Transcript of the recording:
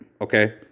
Okay